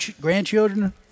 grandchildren